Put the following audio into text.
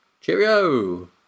Cheerio